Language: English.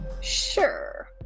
Sure